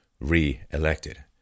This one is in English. re-elected